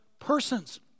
persons